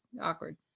awkward